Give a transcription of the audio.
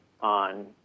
on